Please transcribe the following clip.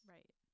Right